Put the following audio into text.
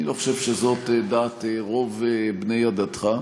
אני לא חושב שזאת דעת רוב בני עדתך.